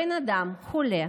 בן אדם חולה